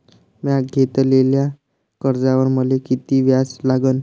म्या घेतलेल्या कर्जावर मले किती व्याज लागन?